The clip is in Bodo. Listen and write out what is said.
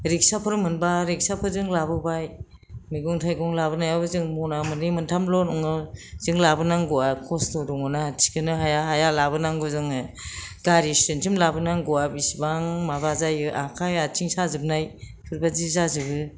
रिक्साआवफोर मोनब्ला रिक्साफोरजों लाबोबाय मैगं थाइगं लाबोनायाबो जों मोना मोननै मोनथाम ल' नङा जों लाबोनांगौ आ खस्थ' दङ' ना थिखोनो हाया हाया लाबोनांगौ जोङो गारि सिटसिम लाबोनांगौ आ बिसिबान माब जायो आखाय आथिं साजोबनाय बेफोरबादि जाजोबो